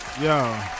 Yo